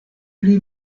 pli